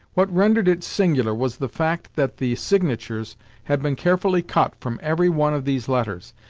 what rendered it singular was the fact that the signatures had been carefully cut from every one of these letters,